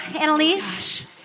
Annalise